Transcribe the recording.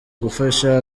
gufasha